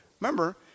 remember